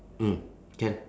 mm can